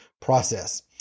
process